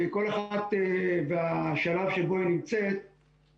כל אחת בשלב שבו היא נמצאת,